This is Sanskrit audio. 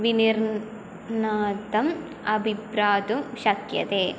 विनिर्णातम् अभिप्रेतुं शक्यते